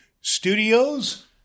Studios